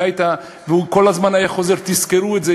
והוא כל הזמן היה חוזר: תזכרו את זה,